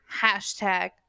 hashtag